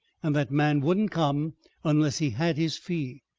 and that man wouldn't come unless he had his fee.